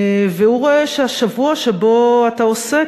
והוא רואה שהשבוע שבו אתה עוסק,